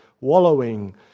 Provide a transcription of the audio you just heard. wallowing